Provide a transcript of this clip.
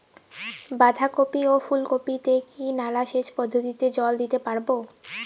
বাধা কপি ও ফুল কপি তে কি নালা সেচ পদ্ধতিতে জল দিতে পারবো?